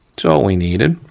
so all we needed.